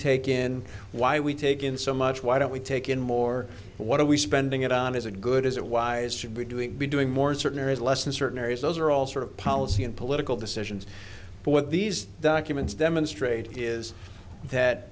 take in why we take in so much why don't we take in more what are we spending it on is a good is it wise should be doing be doing more in certain areas less in certain areas those are all sort of policy and political decisions but what these documents demonstrate is that